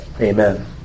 Amen